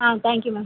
ah thank you ma'am